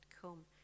come